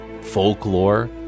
folklore